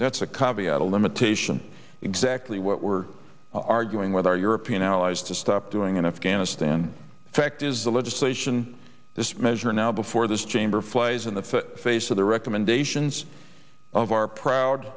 that's a covey at a limitation exactly what we're arguing with our european allies to stop doing in afghanistan the fact is the legislation this measure now before this chamber flies in the foot face of the recommendations of our proud